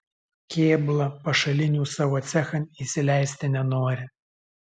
kėbla pašalinių savo cechan įsileisti nenori